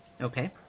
Okay